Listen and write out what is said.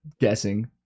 guessing